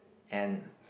and